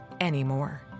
anymore